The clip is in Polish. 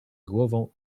głową